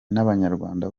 n’abanyarwanda